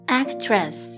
actress